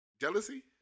Jealousy